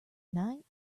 night